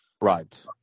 Right